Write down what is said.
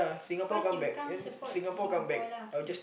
first you come support Singapore lah